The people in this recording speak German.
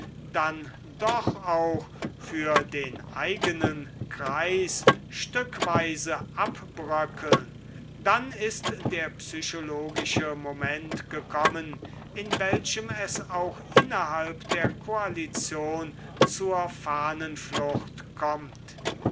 dann doch auch für den eigenen kreis stckweise abbrckeln dann ist der psychologische moment gekommen in welchem es auch innerhalb der koalition zur fahnenflucht kommt